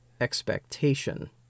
expectation